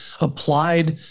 applied